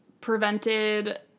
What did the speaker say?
prevented